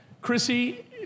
Chrissy